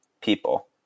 people